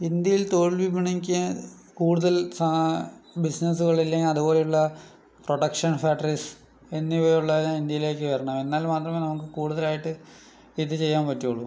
ഇന്ത്യയിൽ തൊഴിൽ വിപണിക്ക് കൂടുതൽ സ ബിസ്സിനെസ്സ്കളില്ലേ അതുപോലെയുള്ള പ്രൊഡക്ഷൻ ഫാക്ടറീസ് എന്നിവയുള്ളവ ഇന്ത്യയിലേക്ക് വരണം എന്നാൽ മാത്രമേ നമുക്ക് കൂടുതലായിട്ട് ഇത് ചെയ്യാൻ പറ്റുവൊള്ളു